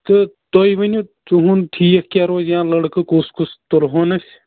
تہٕ تُہۍ ؤنِو تُہُنٛد ٹھیٖک کیٛاہ روزِ یا لٔڑکہٕ کُس کُس تُلہون أسۍ